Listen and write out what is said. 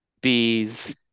bees